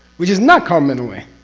which is not called middle way,